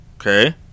Okay